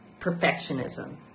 perfectionism